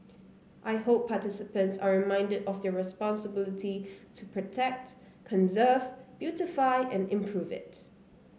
I hope participants are reminded of their responsibility to protect conserve beautify and improve it